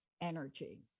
energy